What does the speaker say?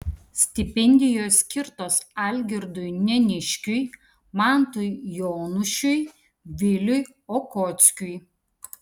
stipendijos skirtos algirdui neniškiui mantui jonušiui viliui okockiui